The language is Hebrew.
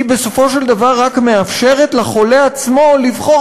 היא בסופו של דבר רק מאפשרת לחולה עצמו לבחור